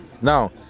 Now